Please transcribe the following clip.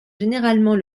généralement